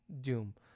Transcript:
Doom